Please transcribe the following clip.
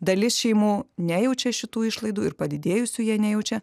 dalis šeimų nejaučia šitų išlaidų ir padidėjusių jie nejaučia